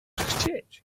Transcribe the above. chcieć